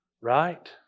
Right